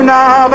now